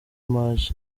maj